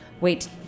wait